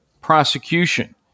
prosecution